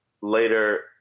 later